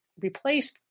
replace